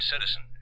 Citizen